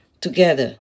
together